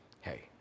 Hey